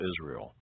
Israel